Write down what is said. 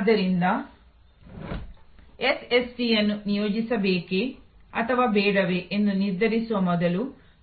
ಆದ್ದರಿಂದ ಎಸ್ಎಸ್ಟಿಯನ್ನು ನಿಯೋಜಿಸಬೇಕೇ ಅಥವಾ ಬೇಡವೇ ಎಂದು ನಿರ್ಧರಿಸುವ ಮೊದಲು